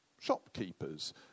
shopkeepers